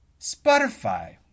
Spotify